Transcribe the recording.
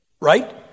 Right